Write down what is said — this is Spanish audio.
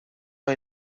hay